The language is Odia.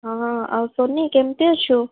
ହଁ ଆଉ ସୋନି କେମିତି ଅଛୁ